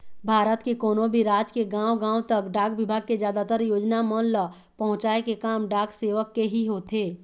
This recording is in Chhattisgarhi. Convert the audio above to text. भारत के कोनो भी राज के गाँव गाँव तक डाक बिभाग के जादातर योजना मन ल पहुँचाय के काम डाक सेवक के ही होथे